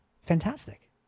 fantastic